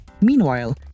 Meanwhile